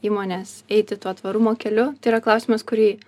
įmones eiti tuo tvarumo keliu tai yra klausimas kurį